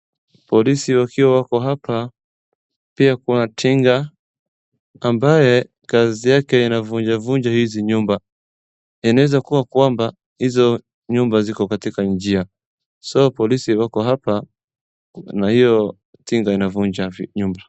Polisi wakiwa wako hapa pia kwa tinga ambaye kazi yake inavunja vunja hizi nyumba. Inaezakua kwamba hizo nyumba ziko katika njia so polisi wako hapa na hiyo tinga inavunja nyumba.